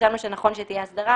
חשבנו שנכון שתהיה הסדרה